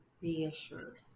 reassured